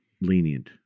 lenient